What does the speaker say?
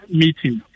meeting